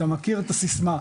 אתה מכיר את הסיסמה,